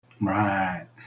Right